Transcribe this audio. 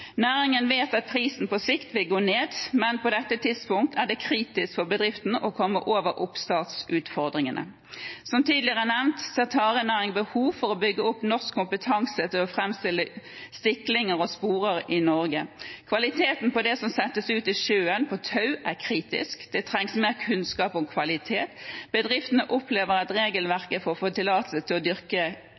Næringen vet at prisen på sikt vil gå ned, men på dette tidspunkt er det kritisk for bedriftene å komme over oppstartsutfordringene. Som tidligere nevnt ser tarenæringen behov for å bygge opp norsk kompetanse til å framstille stiklinger og sporer i Norge. Kvaliteten på det som settes ut i sjøen på tau, er kritisk. Det trengs mer kunnskap om kvalitet. Bedriftene opplever at regelverket for å få tillatelse til å dyrke